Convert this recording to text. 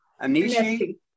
Anishi